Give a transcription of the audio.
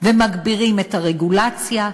ומגבירים את הרגולציה,